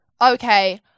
okay